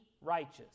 righteous